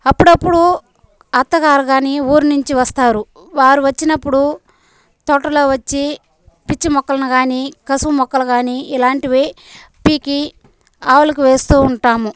అప్పుడప్పుడు అత్తగారు గాని ఊరు నుంచి వస్తారు వారు వచ్చినప్పుడు తోటలో వచ్చి పిచ్చి మొక్కలను గానీ కసువు మొక్కలు గానీ ఇలాంటివి పీకి ఆవులకు వేస్తూ ఉంటాము